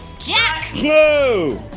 jack! yoooo!